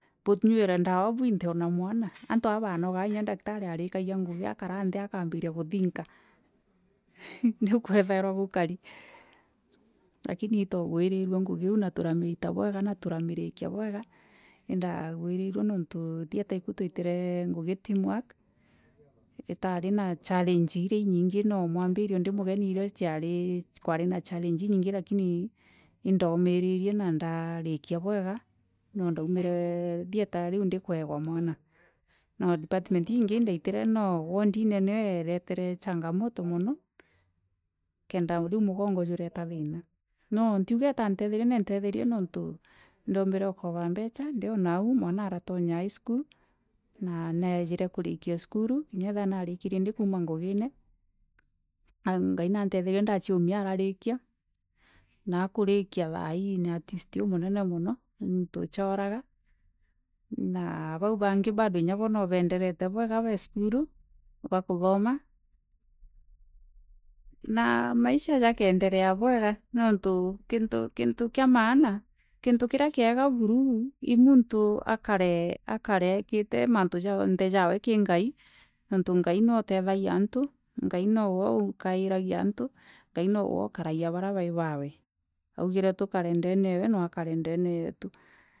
Bunywire ndawa bwithe ona mwana anto a baanogaa inya daktari arikagia ngugi akara nthi akaambiria kuthinka niu kwathaguirwa gukari, rakini nitwaagwirirue ngugi iiu na turamiita bwega na turamiriikia bwega. indaaguriruo nuntu tia itwatire ngugi teamwork itaari na challenge iria nyinge no mwambirio ndi mugeni iro ciari kwari na challenge inyinge lakini indomiiririe na ndaarikia bwega no ndaumire theatre riu ndikuegwa mwana na department iinge ndaitere no woodine nio eretere changamoto mono kenda rio mugongo jureeta thiina no ntioga itantetherie neentetherie niontu ndoombere ukoba mbera ndi o nau mwana aratonya highschool na naajire kurikia cukuru inya ethera narikirie ndikuuma ngugine. Ngai nantetherie ndacuuimia ararikia na akurikia thaii ni artist umunene mono ni montu ucoraga na bau bangi bado inya bo no baendereete bwega bee cukuru ibakothoma na maisha jakaendelea bwega niuntu kinta kia maana kinto kiria kiega buru I muntu akare akare eekite mantu jonthe jawe kiri ngai niuntu ngai niwe utethagia antu, ngai nowe ukayairia antu, ngai nowo ukarugia bairu bae bawe augire tukare ndono ewe nawe akare ndene yetu